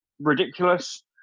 ridiculous